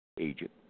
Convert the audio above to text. Egypt